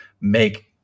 make